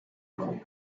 uko